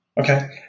Okay